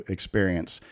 Experience